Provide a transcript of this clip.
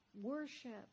worship